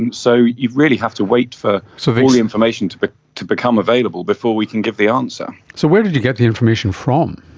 and so you'd really have to wait for so all the information to but to become available before we can give the answer. so where did you get the information from?